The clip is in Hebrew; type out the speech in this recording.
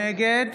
נגד